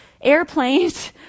airplanes